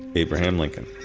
abraham lincoln